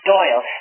Doyle